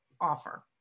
offer